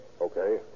Okay